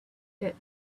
that